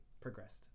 progressed